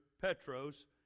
Petros